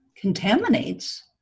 contaminates